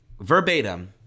verbatim